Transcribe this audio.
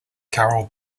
carol